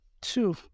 Two